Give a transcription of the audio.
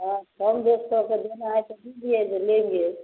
हाँ कम रेट करके देना है तो दीजिए ज लेंगे